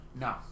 No